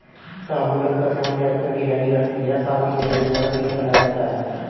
शाहबलूत का सेवन ज़्यादातर गिलहरी करती है साथ ही गिलहरी द्वारा बीज फैलाया जाता है